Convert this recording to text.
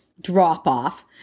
drop-off